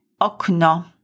Okno